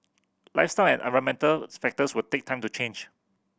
lifestyle and environmental factors will take time to change